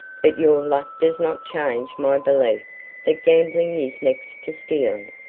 but your luck does not change my belief that gambling is next to stealing,